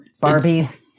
Barbie's